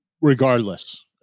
regardless